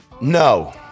No